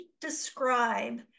describe